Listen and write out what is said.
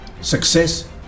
Success